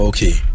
Okay